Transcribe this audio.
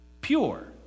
pure